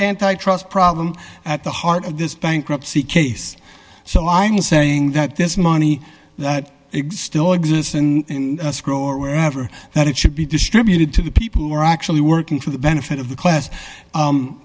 antitrust problem at the heart of this bankruptcy case so i'm not saying that this money that existed or exists in school or wherever that it should be distributed to the people who were actually working for the benefit of the class